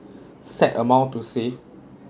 set amount to save